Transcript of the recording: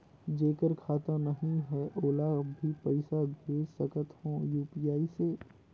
जेकर खाता नहीं है ओला भी पइसा भेज सकत हो यू.पी.आई से?